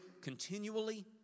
continually